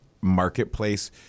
marketplace